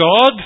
God